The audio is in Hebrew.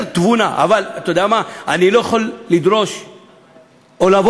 אני לא רוצה להאמין שזה מובנה